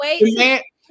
wait